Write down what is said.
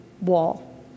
wall